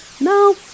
No